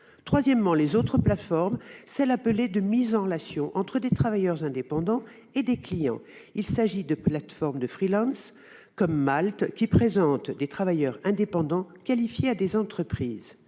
Troisièmement, les plateformes dites de mise en relation entre des travailleurs indépendants et des clients sont des plateformes de, comme Malt, qui présentent des travailleurs indépendants qualifiés à des entreprises.